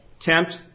tempt